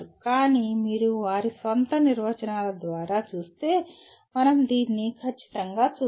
కానీ మీరు వారి స్వంత నిర్వచనాల ద్వారా చూస్తే మనం దీన్ని ఖచ్చితంగా చూద్దాం